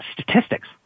statistics